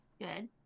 Good